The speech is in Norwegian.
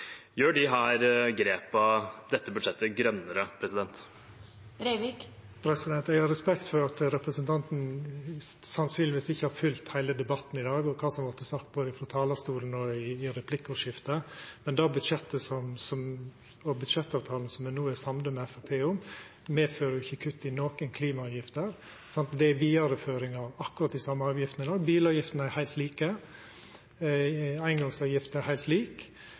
Eg har respekt for at representanten sannsynlegvis ikkje har følgt heile debatten i dag og kva som har vorte sagt frå talarstolen og i replikkordskifte. Budsjettavtalen og det budsjettet som me no er samde med Framstegspartiet om, medfører ikkje kutt i nokon klimaavgifter. Det vert ei vidareføring av akkurat dei same avgiftene. Bilavgiftene er heilt like, og eingongsavgifta er heilt